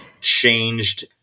changed